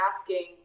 asking